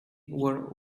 were